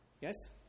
yes